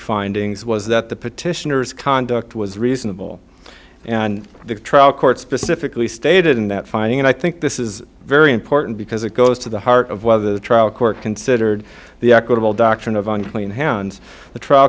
findings was that the petitioners conduct was reasonable and the trial court specifically stated in that finding and i think this is very important because it goes to the heart of whether the trial court considered the equitable doctrine of unclean hands the tr